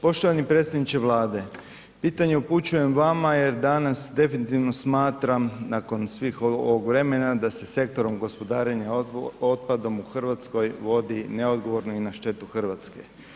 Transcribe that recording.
Poštovani predsjedniče Vlade, pitanje upućujem vama jer danas definitivno smatram nakon svih ovog vremena da se sektorom gospodarenja otpadom u Hrvatskoj vodi neodgovorno i na štetu Hrvatske.